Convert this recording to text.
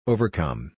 Overcome